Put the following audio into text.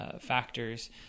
factors